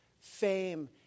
fame